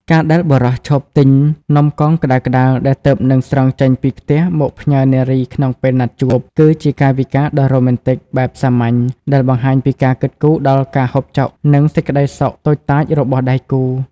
ការដែលបុរសឈប់ទិញនំកងក្ដៅៗដែលទើបនឹងស្រង់ចេញពីខ្ទះមកផ្ញើនារីក្នុងពេលណាត់ជួប គឺជាកាយវិការដ៏រ៉ូមែនទិកបែបសាមញ្ញដែលបង្ហាញពីការគិតគូរដល់ការហូបចុក និងសេចក្ដីសុខតូចតាចរបស់ដៃគូ។